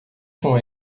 com